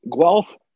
Guelph